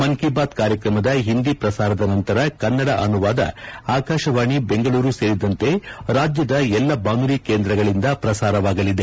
ಮನ್ ಕಿ ಬಾತ್ ಕಾರ್ಯಕ್ರಮದ ಹಿಂದಿ ಪ್ರಸಾರದ ನಂತರ ಕನ್ನಡ ಅನುವಾದ ಆಕಾಶವಾಣಿ ಬೆಂಗಳೂರು ಸೇರಿದಂತೆ ರಾಜ್ಯದ ಎಲ್ಲಾ ಬಾನುಲಿ ಕೇಂದ್ರಗಳಿಂದ ಪ್ರಸಾರವಾಗಲಿದೆ